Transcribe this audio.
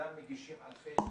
סתם מגישים אלפי הסתייגויות.